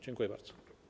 Dziękuję bardzo.